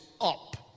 up